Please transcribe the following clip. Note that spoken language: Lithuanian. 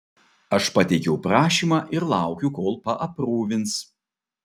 aš pateikiau prašymą ir laukiu kol paaprūvins